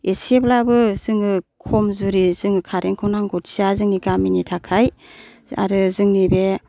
इसेब्लाबो जोङो खम जुरि जोङो खारेनखौ नांगौथिया जोंनि गामिनि थाखाय आरो जोंनि बे